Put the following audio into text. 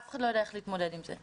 אף אחד לא יודע איך להתמודד עם זה.